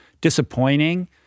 disappointing